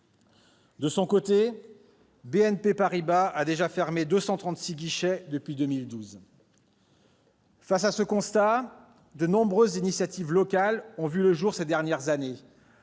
De son côté, BNP Paribas a déjà fermé 236 guichets depuis 2012. Face à ce constat, de nombreuses initiatives locales ont vu le jour ces dernières années,